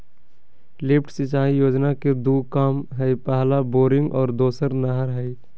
lift सिंचाई योजना के दू काम हइ पहला बोरिंग और दोसर नहर हइ